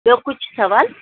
ॿियों कुझु सवाल